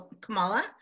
Kamala